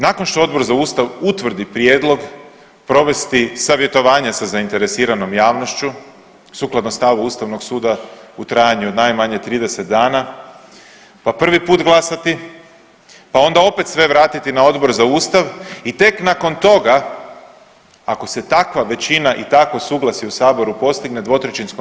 Nakon što Odbor za Ustav utvrdi prijedlog, provesti savjetovanja sa zainteresiranom javnošću sukladno stavu Ustavnog suda u trajanju od najmanje 30 dana, pa prvi put glasati, pa onda sve vratiti na Odbor za Ustav i tek nakon toga ako se takva većina i takvo suglasje u saboru postigne 2/